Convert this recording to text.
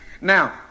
Now